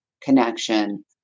connection